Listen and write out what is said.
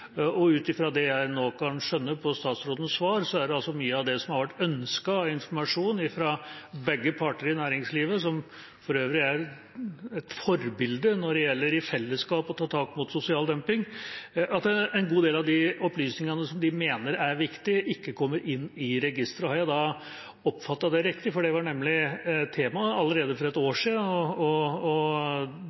Ut ifra det jeg nå kan skjønne av statsrådens svar, vil mye av det som har vært ønsket av informasjon og opplysninger fra begge parter i næringslivet – som for øvrig er et forbilde for i fellesskap å ta tak mot sosial dumping – og som de mener er viktig, ikke komme inn i registeret. Har jeg oppfattet det riktig? Det var nemlig et tema allerede for et år siden, og